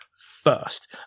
first